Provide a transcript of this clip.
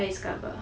by its cover